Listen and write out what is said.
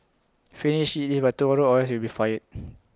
finish IT by tomorrow or else you will be fired